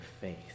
faith